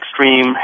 extreme